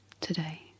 today